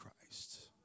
Christ